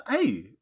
hey